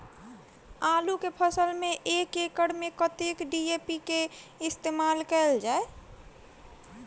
आलु केँ फसल मे एक एकड़ मे कतेक डी.ए.पी केँ इस्तेमाल कैल जाए?